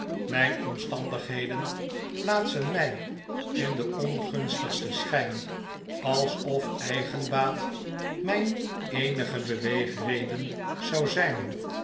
mijn omstandigheden plaatsen mij in den ongunstigsten schijn alsof eigenbaat mijn eenige beweegreden zou zijn